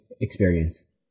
experience